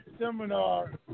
Seminar